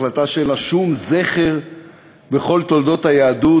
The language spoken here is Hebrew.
זו החלטה שאין לה שום זכר בכל תולדות היהדות.